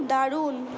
দারুণ